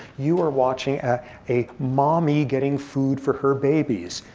you are watching ah a mommy getting food for her babies.